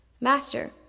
Master